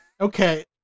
Okay